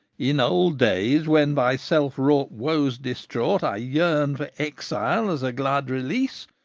in old days when by self-wrought woes distraught, i yearned for exile as a glad release,